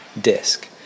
disc